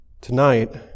Tonight